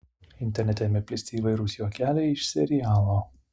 internete ėmė plisti įvairūs juokeliai iš serialo